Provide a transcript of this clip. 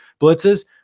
blitzes